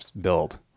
build